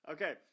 Okay